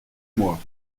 moi